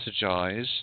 strategize